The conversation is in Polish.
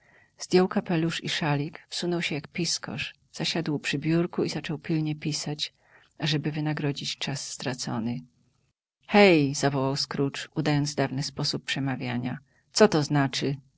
najciszej zdjął kapelusz i szalik wsunął się jak piskorz zasiadł przy biurku i zaczął pilnie pisać ażeby wynagrodzić czas stracony hej zawołał scrooge udając dawny sposób przemawiania co to znaczy